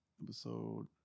Episode